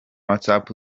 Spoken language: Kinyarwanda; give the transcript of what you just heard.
whatsapp